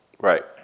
Right